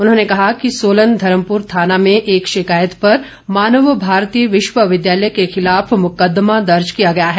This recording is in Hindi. उन्होंने कहा कि सोलन धर्मपुर थाना में एक शिकायत पर मानव भारती विश्वविद्यालय के खिलाफ मुकद्मा दर्ज किया गया है